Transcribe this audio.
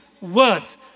worth